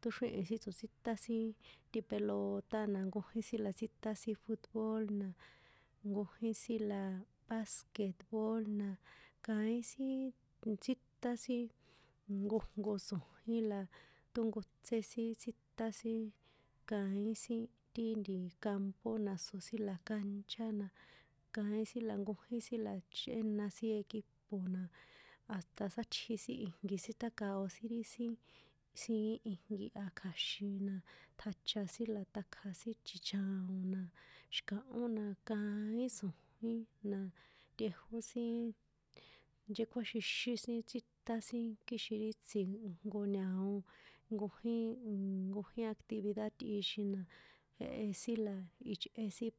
Tóxríhi̱n sin tsotsíta sin ti pelota na nkojín sin na tsítán sin futbool na, nkojín si la basket bool na, kaín sin tsiíṭán sin, nkojnko tso̱jín la ṭónkotsé sin tsíṭán sin kaín sin ti ntiii, campo na so sin la cancha na, kaín la jnkojín la chꞌéna sin equipo na hasta sátji sin ijnki tsíṭákao sin ri sin, siín ijnki a kja̱xin na, ṭjacha sin la ṭakja sin chichaon na xi̱kahó na kaín tso̱jín na, tꞌejó sin, nchekuáxixín sin tsíṭán sin kixin ri tsin jnko ña̱o nkojíj nnn nkojín actividad tꞌixin na jehe sin la ichꞌe sin